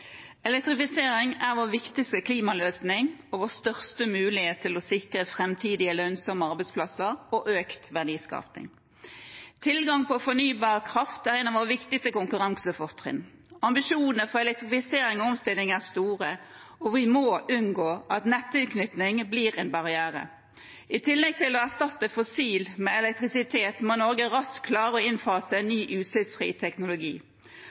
Elektrifisering er vår viktigste klimaløsning og vår største mulighet til å sikre framtidige lønnsomme arbeidsplasser og økt verdiskaping. Tilgang på fornybar kraft er en av våre viktigste konkurransefortrinn. Ambisjonene for elektrifisering og omstilling er store, og vi må unngå at nettilknytning blir en barriere. I tillegg til å erstatte fossil med elektrisitet må Norge raskt klare å innfase en ny utslippsfri teknologi.